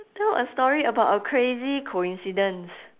tell a story about a crazy coincidence